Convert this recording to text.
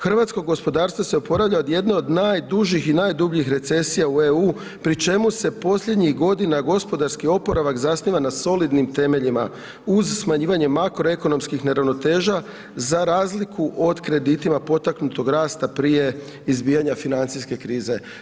Hrvatsko gospodarstvo se oporavlja od jedne od najdužih i najdubljih recesija u eu pri čemu se posljednjih godina gospodarski oporavak zasniva na solidnim temeljima uz smanjivanje makroekonomskih neravnoteža za razliku od kreditima potaknutog rasta prije izbijanja financijske krize.